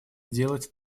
сделать